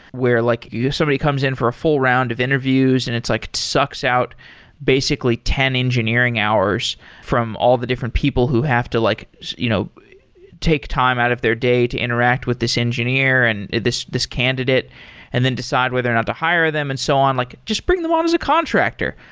where like yeah somebody comes in for a full round of interviews and it like sucks out basically ten engineering hours from all the different people who have to like you know take time out of their day to interact with this engineer and this this candidate and then decide whether or not to hire them and so on. like just bring them on as a contractor.